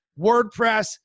WordPress